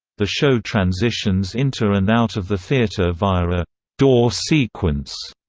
the show transitions into and out of the theater via a door sequence,